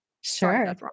Sure